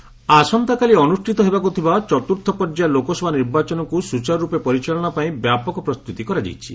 election roundup ଆସନ୍ତାକାଲି ଅନୁଷ୍ଠିତ ହେବାକୁ ଥିବା ଚତୁର୍ଥ ପର୍ଯ୍ୟାୟ ଲୋକସଭା ନିର୍ବାଚନକୁ ସୁଚାରୁରୂପେ ପରିଚାଳନାପାଇଁ ବ୍ୟାପକ ପ୍ରସ୍ତୁତି କରାଯାଇଛି